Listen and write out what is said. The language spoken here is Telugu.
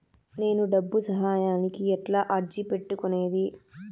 నేను డబ్బు సహాయానికి ఎట్లా అర్జీ పెట్టుకునేది?